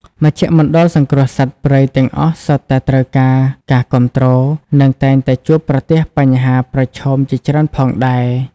មជ្ឈមណ្ឌលសង្គ្រោះសត្វព្រៃទាំងអស់សុទ្ធតែត្រូវការការគាំទ្រ និងតែងតែជួបប្រទះបញ្ហាប្រឈមជាច្រើនផងដែរ។